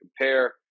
compare